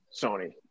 Sony